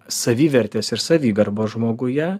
savivertės ir savigarbos žmoguje